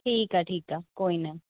ठीकु आहे ठीकु आहे कोई न